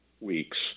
weeks